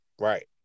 right